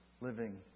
living